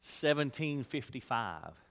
1755